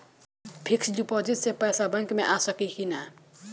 Fix deposit से पैसा bank मे आ सकी कि ना?